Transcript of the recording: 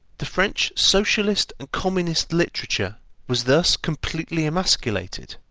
the french socialist and communist literature was thus completely emasculated.